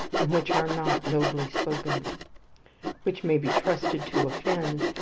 and which are not nobly spoken which may be trusted to offend,